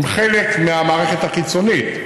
הם חלק מהמערכת החיצונית,